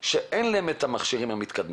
שאין להם המכשירים המתקדמים.